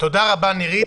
תודה רבה, נירית.